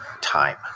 time